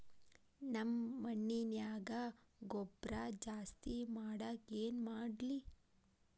ನಮ್ಮ ಮಣ್ಣಿನ್ಯಾಗ ಗೊಬ್ರಾ ಜಾಸ್ತಿ ಮಾಡಾಕ ಏನ್ ಮಾಡ್ಲಿ?